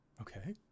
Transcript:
Okay